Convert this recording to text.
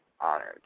honored